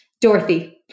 Dorothy